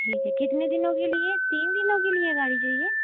ठीक है कितने दिनों के लिए तीन दिनों के लिए गाड़ी चाहिए